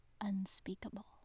unspeakable